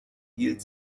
hielt